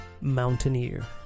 Mountaineer